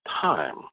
time